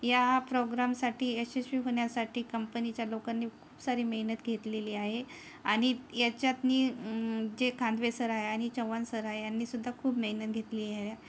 या प्रोग्रामसाठी यशस्वी होण्यासाठी कंपनीच्या लोकांनी खूप सारी मेहनत घेतलेली आहे आणि याच्यात जे खांदवे सर आहे आणि चव्हाण सर आहे यांनीसुद्धा खूप मेहनत घेतली आहे